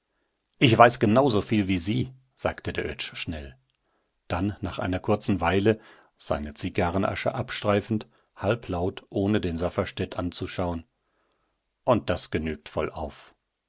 ich weiß genau so viel wie sie sagte der oetsch schnell dann nach einer kurzen weile seine zigarrenasche abstreifend halblaut ohne den safferstätt anzuschauen und das genügt vollauf